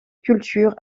culture